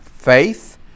Faith